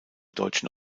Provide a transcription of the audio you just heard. deutschen